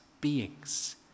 beings